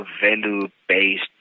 value-based